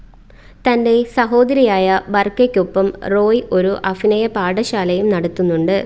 തൻ്റെ സഹോദരിയായ ബർക്കയ്ക്കൊപ്പം റോയ് ഒരു അഫ്നയ പാഠശാലയും നടത്തുന്നുണ്ട്